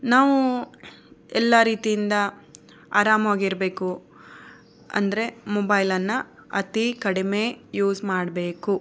ನಾವು ಎಲ್ಲ ರೀತಿಯಿಂದ ಆರಾಮವಾಗಿ ಇರಬೇಕು ಅಂದರೆ ಮೊಬೈಲನ್ನು ಅತೀ ಕಡಿಮೆ ಯೂಸ್ ಮಾಡಬೇಕು